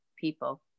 people